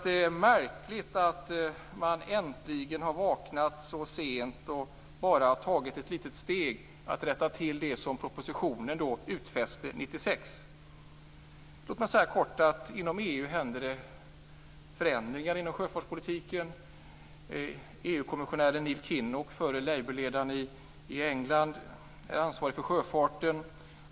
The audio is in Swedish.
Det är märkligt att man har vaknat så sent och att man bara har tagit ett litet steg för att rätta till saker när det gäller det som utfästes i propositionen år Inom EU händer det förändringar inom sjöfartspolitiken. EU-kommissionären Neil Kinnock, förre labour-ledaren i England, är ansvarig för sjöfarten.